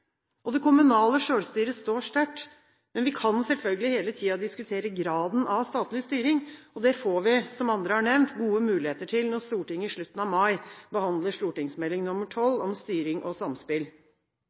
Det kommunale selvstyret står sterkt, men vi kan selvfølgelig hele tiden diskutere graden av statlig styring. Det får vi, som andre har nevnt, gode muligheter til når Stortinget i slutten av mai behandler